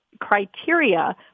criteria